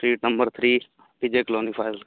street number three Vijay colony Fazilka